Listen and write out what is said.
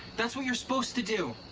that's what you're supposed to do.